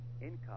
income